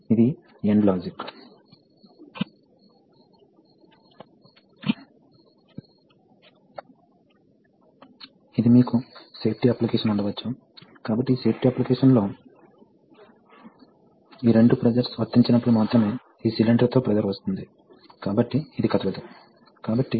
ఇది ద్రవం కాబట్టి దీని ద్వారా మనం ఏమి సాధిస్తాము అదే విధంగా మీరు ప్రెషర్ చూస్తే ఇది జరుగుతోంది A 0